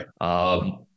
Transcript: Right